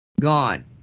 gone